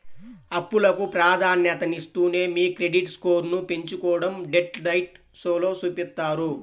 అప్పులకు ప్రాధాన్యతనిస్తూనే మీ క్రెడిట్ స్కోర్ను పెంచుకోడం డెట్ డైట్ షోలో చూపిత్తారు